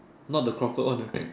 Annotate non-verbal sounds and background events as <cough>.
not the Crawford one right <noise>